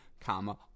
comma